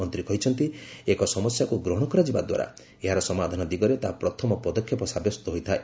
ମନ୍ତ୍ରୀ କହିଛନ୍ତି ଏକ ସମସ୍ୟାକୁ ଗ୍ରହଣ କରାଯିବା ଦ୍ୱାରା ଏହାର ସମାଧାନ ଦିଗରେ ତାହା ପ୍ରଥମ ପଦକ୍ଷେପ ସାବ୍ୟସ୍ତ ହୋଇଥାଏ